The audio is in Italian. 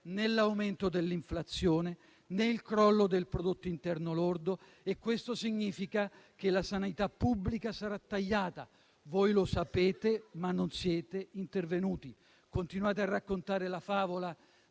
né l'aumento dell'inflazione, né il crollo del prodotto interno lordo e questo significa che la sanità pubblica sarà tagliata. Voi lo sapete, ma non siete intervenuti. Continuate a raccontare la favola